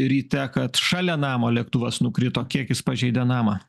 ryte kad šalia namo lėktuvas nukrito kiek jis pažeidė namą